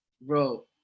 bro